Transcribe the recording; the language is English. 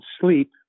sleep